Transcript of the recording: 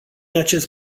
acest